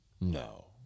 No